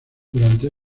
durante